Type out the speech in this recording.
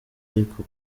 ariko